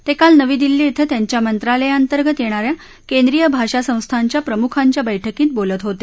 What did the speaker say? ते काल नवी दिल्ली के त्यांच्या मंत्रालयाअंतर्गत येणा या केंद्रीय भाषा संस्थांच्या प्रमुखांच्या बैठकीत बोलत होते